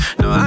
no